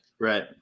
Right